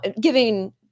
giving